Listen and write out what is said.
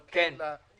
אבל בקשר למשהו,